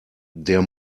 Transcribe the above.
der